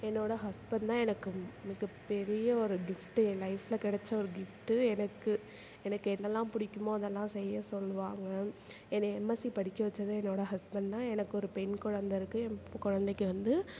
என்னோடய ஹஸ்பண்ட் தான் எனக்கு மிக பெரிய ஒரு கிஃப்ட்டு என் லைஃப்பில் கெடைச்ச ஒரு கிஃப்ட்டு எனக்கு எனக்கு என்னெல்லாம் பிடிக்குமோ அதெல்லாம் செய்ய சொல்வாங்க என்ன எம்எஸ்சி படிக்க வெச்சது என்னோடய ஹஸ்பண்ட் தான் எனக்கு ஒரு பெண் கொழந்தை இருக்குது என் குழந்தைக்கு வந்து